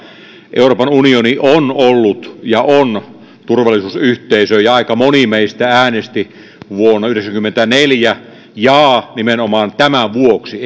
euroopan unioni on ollut ja on turvallisuusyhteisö ja aika moni meistä äänesti vuonna yhdeksänkymmentäneljä jaa nimenomaan tämän vuoksi